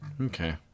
Okay